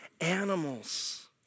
animals